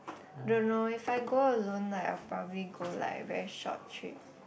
don't know if I go alone like I'll probably go like a very short trip